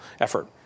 effort